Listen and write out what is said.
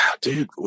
dude